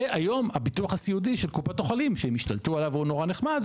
והיום הביטוח הסיעודי של קופות החולים שהם השתלטו עליו והוא נורא נחמד,